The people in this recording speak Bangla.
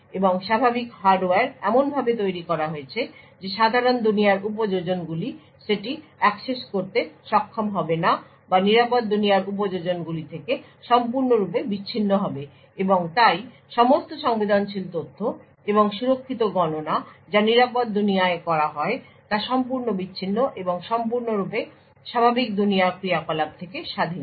আমি মনে করি হার্ডওয়্যার এমনভাবে তৈরি করা হয়েছে যে সাধারণ দুনিয়ার উপযোজনগুলি সেটি অ্যাক্সেস করতে সক্ষম হবে না বা নিরাপদ দুনিয়ার উপযোজনগুলি থেকে সম্পূর্ণরূপে বিচ্ছিন্ন হবে এবং তাই সমস্ত সংবেদনশীল তথ্য এবং সুরক্ষিত গণনা যা নিরাপদ দুনিয়ায় করা হয় তা সম্পূর্ণ বিচ্ছিন্ন এবং সম্পূর্ণরূপে স্বাভাবিক দুনিয়ার ক্রিয়াকলাপ থেকে স্বাধীন